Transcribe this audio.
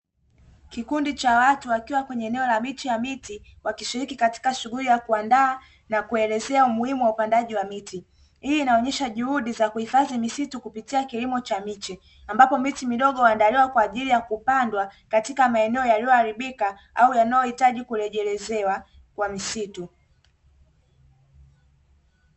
Kikundi cha watu wakiwa kwenye eneo la miche ya miti, wakishiriki katika shughuli ya kuandaa na kuelezea umuhimu wa upandaji wa miti, hii inaonyesha juhudi za kuhifadhi misitu kupitia kilimo cha miche, ambapo miti midogo huandaliwa kwa ajili ya kupandwa katika maeneo yaliyoharibika au yanayohitaji kurejelezewa kwa misitu.